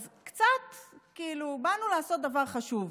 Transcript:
אז באנו לעשות דבר חשוב.